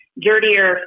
dirtier